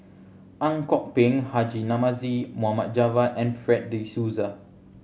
Ang Kok Peng Haji Namazie Mohd Javad and Fred De Souza